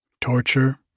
Torture